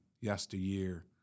yesteryear